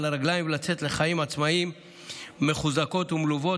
הרגליים ולצאת לחיים עצמאיים מחוזקות ומלוות.